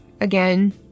again